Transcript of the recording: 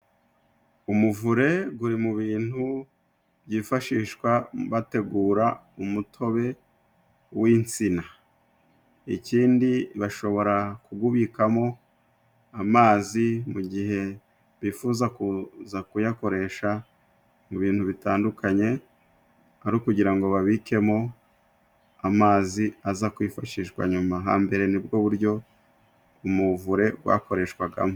Umuvure guri mu bintu byifashishwa bategura umutobe w'insina, ikindi bashobora kugubikamo amazi mu gihe bifuza kuza kuyakoresha mu bintu bitandukanye ,ari ukugira ngo babikemo amazi aza kwifashishwa nyuma ,hambere nibwo buryo umuvure gwakoreshwagamo.